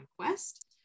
Quest